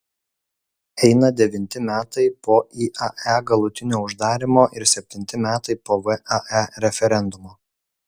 eina devinti metai po iae galutinio uždarymo ir septinti metai po vae referendumo